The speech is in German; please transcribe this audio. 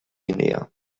guinea